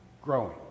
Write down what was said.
growing